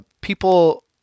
people